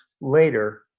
later